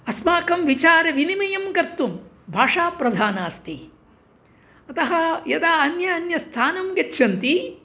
अस्माकं विचारविनिमयं कर्तुं भाषा प्रधाना अस्ति अतः यदा अन्य अन्य स्थानं गच्छन्ति